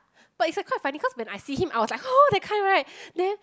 but it's a quite funny cause when I see him I was like oh that kind right then